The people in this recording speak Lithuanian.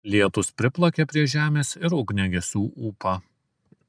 lietūs priplakė prie žemės ir ugniagesių ūpą